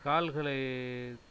கால்களை